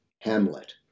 Hamlet